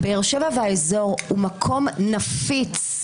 באר שבע והאזור הוא מקום נפיץ,